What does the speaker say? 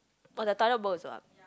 oh that Thailand boat also ah